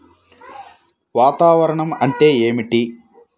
వాతావరణం అంటే ఏమిటి?